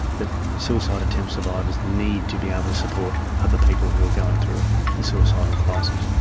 that suicide attempt survivors need to be able to support other people who are going through a suicidal crisis.